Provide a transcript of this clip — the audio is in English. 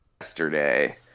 yesterday